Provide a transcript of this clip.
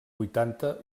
vuitanta